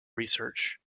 research